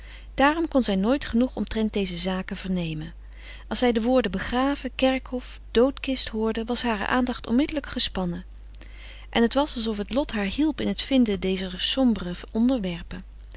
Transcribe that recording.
daarom kon zij nooit genoeg omtrent deze zaken vernemen als zij de woorden begraven kerkhof doodkist hoorde was hare aandacht onmiddellijk gefrederik van eeden van de koele meren des doods spannen en het was alsof het lot haar hielp in t vinden dezer sombere onderwerpen